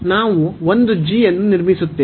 ನಾವು ಒಂದು ಅನ್ನು ನಿರ್ಮಿಸುತ್ತೇವೆ